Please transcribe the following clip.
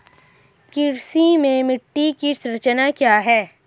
कृषि में मिट्टी की संरचना क्या है?